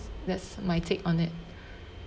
that's my take on it